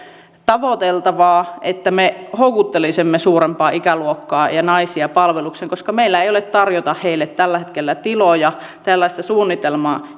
tavoiteltavaa että me houkuttelisimme suurempaa ikäluokkaa ja naisia palvelukseen koska meillä ei ole tarjota heille tällä hetkellä tiloja tällaista suunnitelmaa